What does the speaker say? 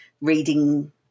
reading